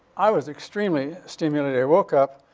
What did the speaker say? i was extremely stimulated. i woke up.